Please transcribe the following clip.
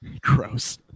gross